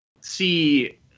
see